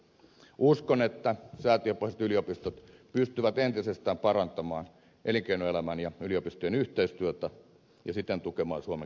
uskon että säätiöpohjaiset yliopistot pystyvät entisestään parantamaan elinkeinoelämän ja yliopistojen yhteistyötä ja siten tukemaan suomen kilpailukykyä